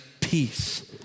peace